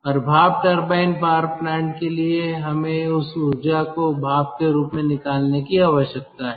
और भाप turbine power plant के लिए हमें इस ऊर्जा को भाप के रूप में निकालने की आवश्यकता है